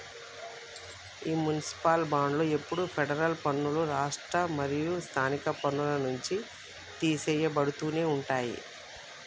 ఈ మునిసిపాల్ బాండ్లు ఎప్పుడు ఫెడరల్ పన్నులు, రాష్ట్ర మరియు స్థానిక పన్నుల నుంచి తీసెయ్యబడుతునే ఉంటాయి